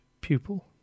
pupil